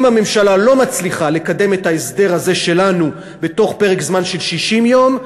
אם הממשלה לא מצליחה לקדם את ההסדר הזה שלנו בתוך פרק זמן של 60 יום,